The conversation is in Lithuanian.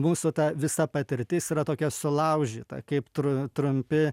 mūsų ta visa patirtis yra tokia sulaužyta kaip tru trumpi